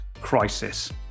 crisis